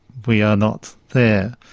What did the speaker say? we are not there.